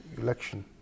election